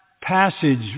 passage